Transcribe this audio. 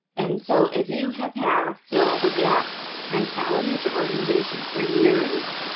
and so, if you have had a fill the gap mentality at your organization for years,